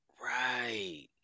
Right